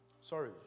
sorry